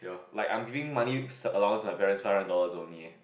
like I'm giving money s~ allowance my parents three hundred dollars only eh